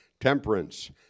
temperance